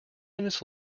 minutes